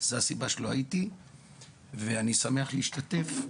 אני שמח להשתתף,